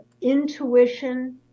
intuition